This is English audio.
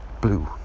Blue